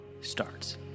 starts